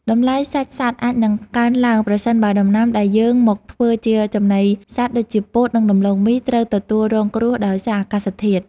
តម្លៃសាច់សត្វអាចនឹងកើនឡើងប្រសិនបើដំណាំដែលយកមកធ្វើជាចំណីសត្វដូចជាពោតនិងដំឡូងមីត្រូវទទួលរងគ្រោះដោយសារអាកាសធាតុ។